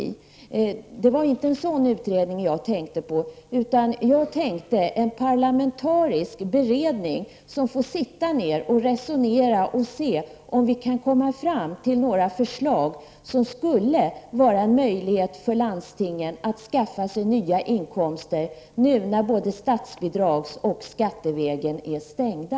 Men det var inte en sådan utredning som jag tänkte på. Vad jag avsåg var en parlamentarisk utredning, som för resonemang för att se om det går att komma fram till förslag, som skulle ge en möjlighet för landstingen att skaffa sig nya inkomster nu då både statsbidragsvägen och skattevägen är stängda.